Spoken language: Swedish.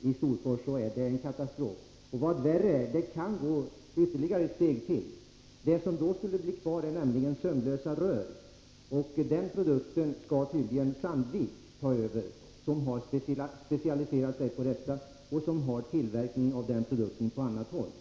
i Storfors är det en katastrof. Och vad värre är: Det kan gå ytterligare ett steg. Vad som skulle bli kvar är nämligen sömlösa rör, och den produkten skall tydligen tas över av Sandvik, som har specialiserat sig på detta och som har en tillverkning av den produkten på annat håll.